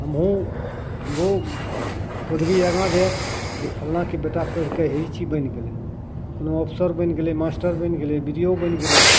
हमहूँ हमरो पदवी आगाँ जाएत जे फल्लाँके बेटा पढ़िके हे ई चीज बनि गेलै कोनो अफसर बनि गेलै मास्टर बनि गेलै बी डी ओ बनि गेलै